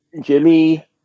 Jimmy